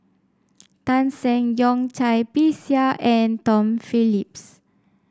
Tan Seng Yong Cai Bixia and Tom Phillips